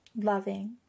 loving